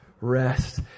Rest